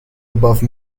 above